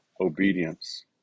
obedience